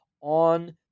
on